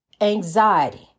anxiety